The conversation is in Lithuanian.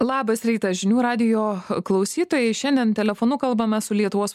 labas rytas žinių radijo klausytojai šiandien telefonu kalbame su lietuvos